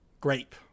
grape